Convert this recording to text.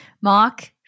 Mark